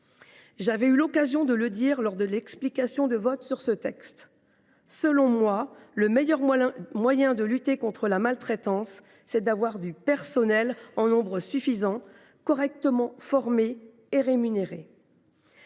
J’avais eu l’occasion de le dire lors des explications de vote sur ce texte, en première lecture : selon moi, le meilleur moyen de lutter contre la maltraitance, c’est d’avoir du personnel en nombre suffisant, correctement formé et rémunéré.